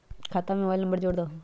खाता में mobile number जोड़ दहु?